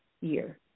year